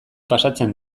pasatzen